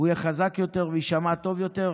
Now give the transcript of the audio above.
הוא יהיה חזק יותר ויישמע טוב יותר.